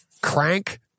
Crank